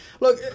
Look